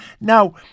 Now